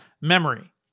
memory